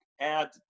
add